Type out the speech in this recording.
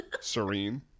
Serene